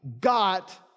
got